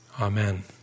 Amen